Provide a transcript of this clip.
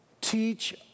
teach